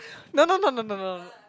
no no no no no no